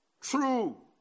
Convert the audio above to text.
True